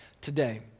today